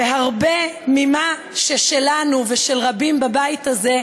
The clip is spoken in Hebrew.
והרבה ממה ששלנו, ושל רבים בבית הזה,